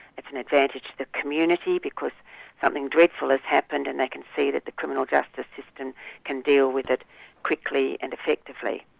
it's an advantage to the community because something dreadful has happened and they can see that the criminal justice system can deal with it quickly and effectively.